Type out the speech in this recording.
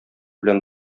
белән